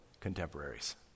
contemporaries